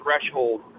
threshold